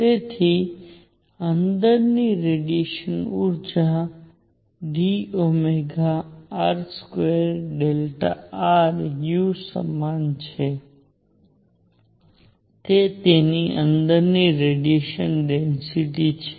તેની અંદરની રેડીએશન ઊર્જા dΩr2Δru સમાન છે તે તેની અંદરની રેડીએશન ડેન્સિટિ છે